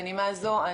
תודה לכולם.